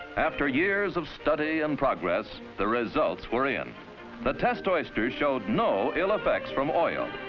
after years of study and progress, the results are in the test oysters showed no ill-effects from oil,